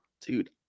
dude